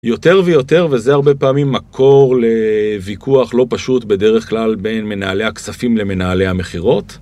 יותר ויותר, וזה הרבה פעמים מקור לוויכוח לא פשוט בדרך כלל בין מנהלי הכספים למנהלי המכירות.